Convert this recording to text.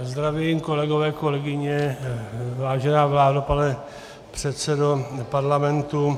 Zdravím, kolegové, kolegyně, vážená vládo, pane předsedo parlamentu.